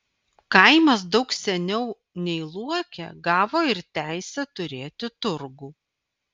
kaimas daug seniau nei luokė gavo ir teisę turėti turgų